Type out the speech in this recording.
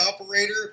operator